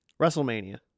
wrestlemania